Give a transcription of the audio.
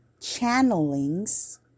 channelings